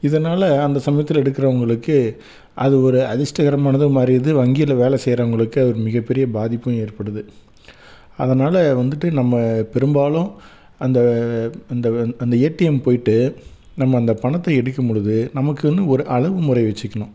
இதனால் அந்த சமயத்தில் எடுக்கிறவங்களுக்கு அது ஒரு அதிஷ்டகரமானதும் மாறிருது வங்கியில் வேலை செய்யிறவங்களுக்கு அது ஒரு மிகப்பெரிய பாதிப்பும் ஏற்படுது அதனால் வந்துவிட்டு நம்ம பெரும்பாலும் அந்த அந்த அந்த ஏடிஎம் போயிவிட்டு நம்ம அந்த பணத்தை எடுக்கும்பொழுது நமக்குன்னு ஒரு அளவுமுறை வச்சுக்கணும்